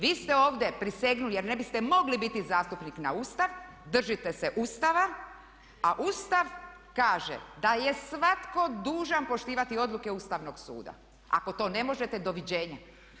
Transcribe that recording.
Vi ste ovdje prisegnuli jer ne biste mogli biti zastupnik na Ustav, držite se Ustava a Ustav kaže da je svatko dužan poštivati odluke Ustavnog suda, ako to ne možete doviđenja.